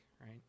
right